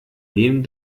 dem